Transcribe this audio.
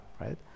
Right